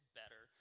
better